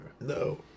No